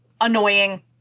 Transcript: Annoying